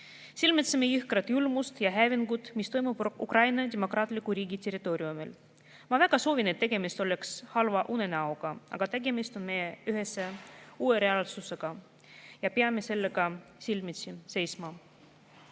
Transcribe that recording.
silmitseme jõhkrat julmust ja hävingut, mis toimub Ukraina demokraatliku riigi territooriumil. Ma väga soovin, et tegemist oleks halva unenäoga, aga tegemist on meie ühise uue reaalsusega ja me peame sellega silmitsi seisma.